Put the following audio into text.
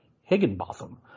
Higginbotham